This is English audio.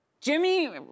Jimmy